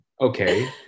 Okay